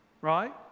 right